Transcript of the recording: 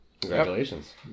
Congratulations